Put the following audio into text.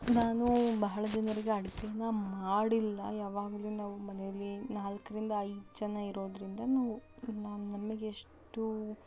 ನಾನು ಬಹಳ ಜನರಿಗೆ ಅಡುಗೇನ ಮಾಡಿಲ್ಲ ಯಾವಾಗಲೂ ನಾವು ಮನೆಯಲ್ಲಿ ನಾಲ್ಕರಿಂದ ಐದು ಜನ ಇರೋದರಿಂದ ನಾವು ನಮಗೆ ಎಷ್ಟು